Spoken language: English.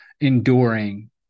enduring